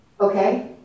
Okay